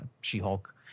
She-Hulk